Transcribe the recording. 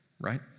right